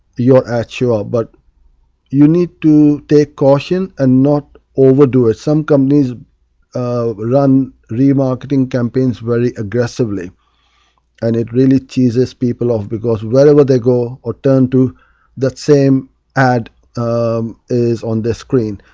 your ad shows up. but you need to take caution and not overdo it. some companies um run re-marketing campaigns very aggressively and it really cheeses people off, because wherever they go or turn to that same ad um is on their screen.